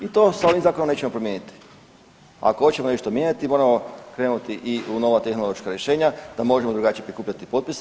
I to s ovim zakonom nećemo promijeniti, ako hoćemo nešto mijenjati moramo krenuti i u nova tehnološka rješenja da možemo drugačije prikupljati potpise.